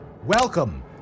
Welcome